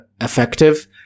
effective